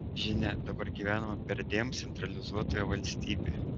žinia dabar gyvename perdėm centralizuotoje valstybėje